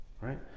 right